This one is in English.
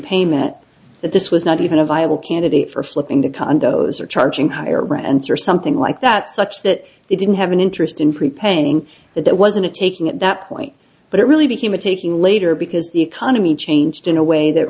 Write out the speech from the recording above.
payment that this was not even a viable candidate for flipping the condos or charging higher rents or something like that such that they didn't have an interest in prepaying that that wasn't taking at that point but it really became a taking later because the economy changed in a way that